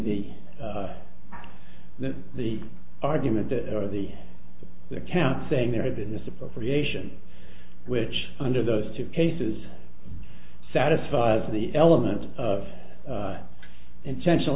the that the argument that or the count saying there had been this appropriation which under those two cases satisfies the elements of intentional